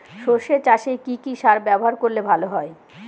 সর্ষে চাসে কি কি সার ব্যবহার করলে ভালো হয়?